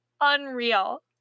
unreal